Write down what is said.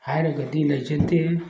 ꯍꯥꯏꯔꯒꯗꯤ ꯂꯩꯖꯗꯦ